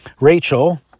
Rachel